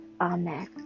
Amen